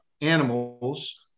animals